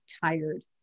tired